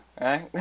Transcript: right